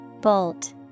Bolt